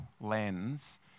lens